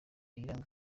iranga